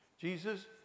Jesus